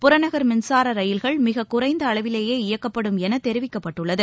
புறநகர் மின்சாரரயில்கள் மிகக்குறைந்தஅளவிலேயே இயக்கப்படும் எனதெரிவிக்கப்பட்டுள்ளது